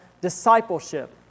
Discipleship